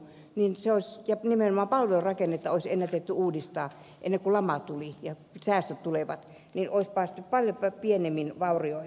jos se olisi onnistunut nimenomaan palvelurakennetta olisi ennätetty uudistaa ennen kuin lama ja säästöt tulivat olisi päästy paljon pienimmin vaurioin